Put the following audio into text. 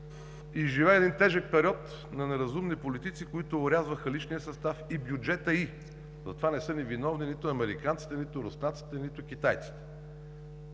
изживя един тежък период на неразумни политици, които орязваха личния състав и бюджета ѝ. За това не са ни виновни нито американците, нито руснаците, нито китайците.